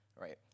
right